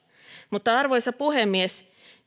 arvoisa puhemies